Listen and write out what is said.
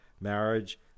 marriage